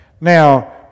Now